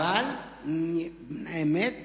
אני מדברת על חבר הכנסת שטרן.